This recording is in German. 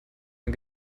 man